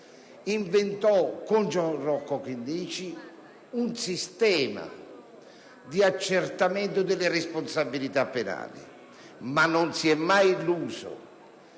Inventò, con Rocco Chinnici, un sistema di accertamento delle responsabilità penali, ma non si è mai illuso